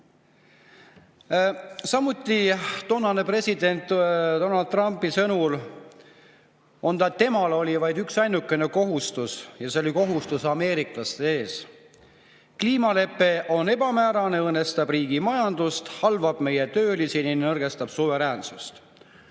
Samuti toonase presidendi Donald Trumpi sõnul oli temal vaid üksainukene kohustus, see oli kohustus ameeriklaste ees. Kliimalepe on ebamäärane, see õõnestab riigi majandust, halvab meie töölisi ja nõrgestab suveräänsust.